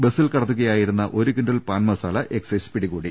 ബസ്സിൽ കടത്തുകയായിരുന്ന ഒരു quintal pan masala excise പിടി കൂടി